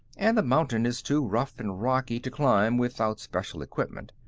and the mountain is too rough and rocky to climb without special equipment.